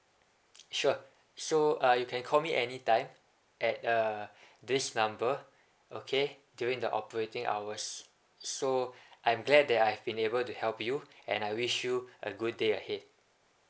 sure so uh you can call me any time at uh this number okay during the operating hours so I'm glad that I've been able to help you and I wish you a good day ahead